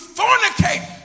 fornicate